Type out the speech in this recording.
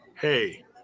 hey